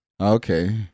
Okay